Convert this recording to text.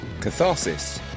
Catharsis